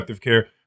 care